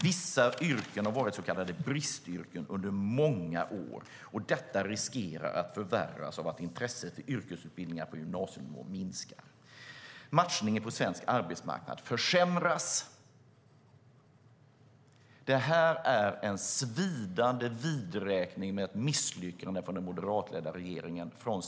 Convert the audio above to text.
Vissa yrken har varit så kallade bristyrken under många år. Detta riskerar att förvärras av att intresset för yrkesutbildningar på gymnasienivå minskar. Matchningen på svensk arbetsmarknad försämras. Det här är en svidande vidräkning från Svenskt Näringsliv med ett misslyckande från den moderatledda regeringen.